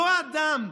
אותו אדם,